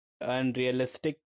unrealistic